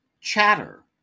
Chatter